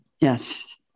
Yes